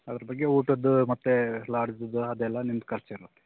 ಅದ್ರ ಬಗ್ಗೆ ಊಟದ ಮತ್ತೆ ಲಾಡ್ಜದು ಅದೆಲ್ಲ ನಿಮ್ದು ಖರ್ಚ್ ಇರುತ್ತೆ